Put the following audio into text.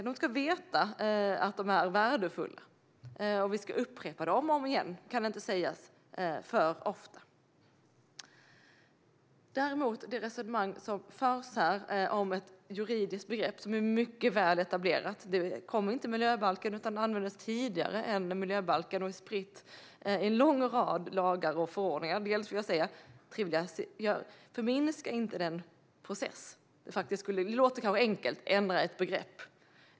De ska veta att de är värdefulla, det kan inte sägas alltför ofta. Det förs här resonemang om ett juridiskt begrepp som är mycket väl etablerat i miljöbalken och tidigare, och det har spridits i en lång rad lagar och förordningar. Det låter kanske enkelt att ändra ett begrepp, men förminska inte den processen!